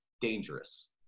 dangerous